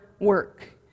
work